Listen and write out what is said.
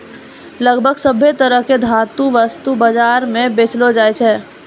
लगभग सभ्भे तरह के धातु वस्तु बाजार म बेचलो जाय छै